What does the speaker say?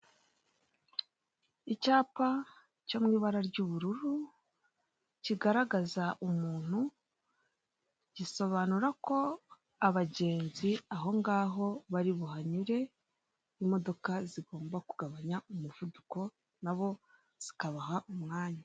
Icyapa cyo mu ibara ry'ubururu kigaragaza umuntu gisobanura ko abagenzi aho ngaho bari buhanyure, imodoka zigomba kugabanya umuvuduko nabo zikabaha umwanya.